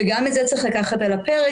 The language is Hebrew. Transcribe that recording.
גם את זה צריך לקחת בחשבון,